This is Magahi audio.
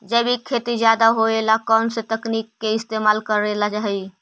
जैविक खेती ज्यादा होये ला कौन से तकनीक के इस्तेमाल करेला हई?